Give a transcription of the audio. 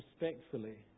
respectfully